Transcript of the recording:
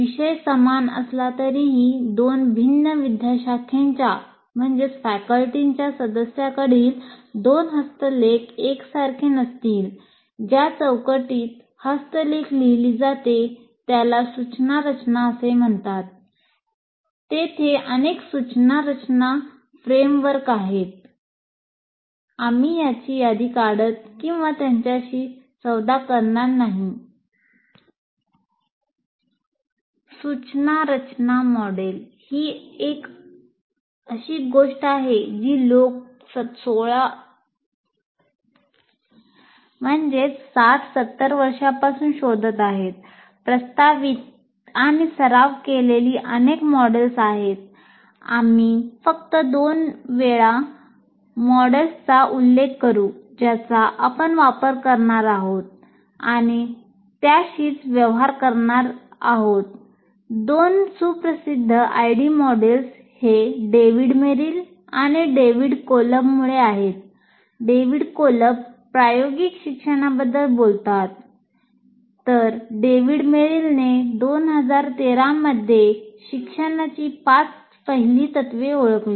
विषय समान असला तरीही दोन भिन्न विद्याशाखेच्या सूचना रचना मॉडेल तर डेव्हिड मेरिलने 2013 मध्ये शिक्षणाची पाच पहिली तत्त्वे ओळखली